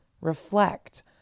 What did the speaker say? reflect